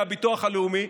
מהביטוח הלאומי,